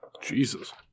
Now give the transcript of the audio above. Jesus